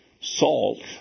Salt